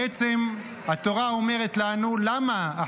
בעצם התורה אומרת לנו למה,